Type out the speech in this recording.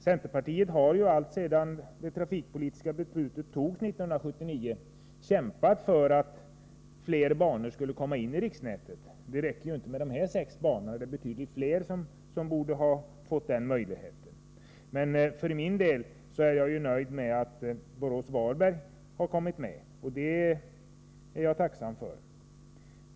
Centerpartiet har alltsedan det trafikpolitiska beslutet år 1979 kämpat för att flera banor skulle komma in i riksnätet. Det räcker ju inte med dessa sex banor, utan det är betydligt flera som borde ha fått möjligheten. Men för min del är jag nöjd med att linjen Borås-Varberg har kommit med — det är jag tacksam för.